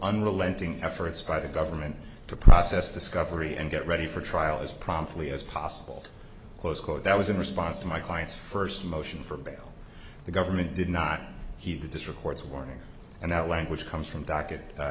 unrelenting efforts by the government to process discovery and get ready for trial as promptly as possible close quote that was in response to my client's first motion for bail the government did not heed this report's warning and now language comes from docket